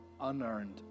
unearned